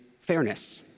fairness